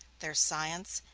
their science,